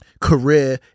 Career